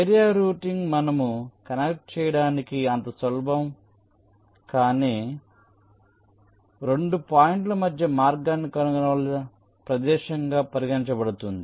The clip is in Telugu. ఏరియా రౌటింగ్ మనము కనెక్ట్ చేయడానికి అంత సులభం కాని 2 పాయింట్ల మధ్య మార్గాన్ని కనుగొనగల ప్రదేశంగా పరిగణించబడుతుంది